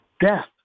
death